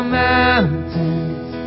mountains